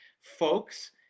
folks